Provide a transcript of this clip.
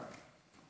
כן.